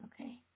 okay